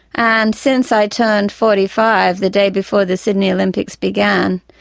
and since i turned forty five the day before the sydney olympics began,